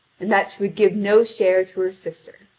and that she would give no share to her sister.